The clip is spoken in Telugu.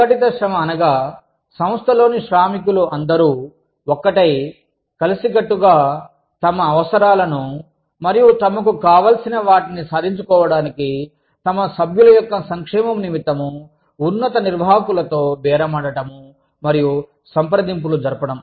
సంఘటిత శ్రమ అనగా సంస్థలోని శ్రామికులు అందరూ ఒక్కటై కలిసికట్టుగా తమ అవసరాలను మరియు తమకు కావాల్సిన వాటిని సాధించుకోవడానికి తమ సభ్యుల యొక్క సంక్షేమం నిమిత్తము ఉన్నత నిర్వాహకులతో బేరమాడటం మరియు సంప్రదింపులు జరపడం